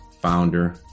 founder